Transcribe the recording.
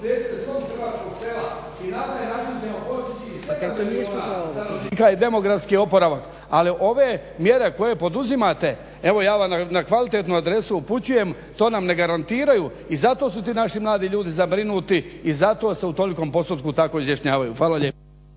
Spriječite slom hrvatskog sela i na taj način ćemo postići …/Govornik se ne razumije./… oporavak. Ali ove mjere koje poduzimate, evo ja na kvalitetnu adresu upućujem to nam ne garantiraju i zato su ti naši mladi ljudi zabrinuti i zato se u tolikom postotku tako izjašnjavaju. Hvala lijepo.